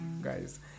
guys